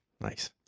Nice